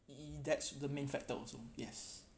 eh that's the main factor also yes